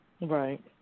Right